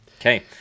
Okay